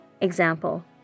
Example